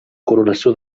coronació